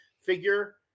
figure